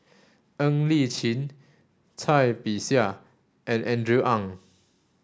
Ng Li Chin Cai Bixia and Andrew Ang